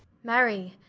marry,